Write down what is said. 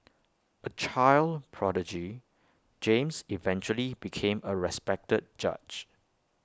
A child prodigy James eventually became A respected judge